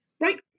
Right